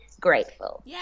grateful